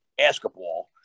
Basketball